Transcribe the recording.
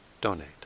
donate